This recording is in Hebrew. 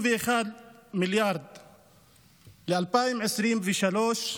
ב-31 מיליארד ל-2023,